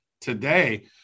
today